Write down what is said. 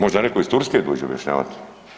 Možda netko iz Turske dođe objašnjavati.